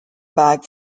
bag